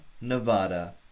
nevada